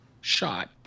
shot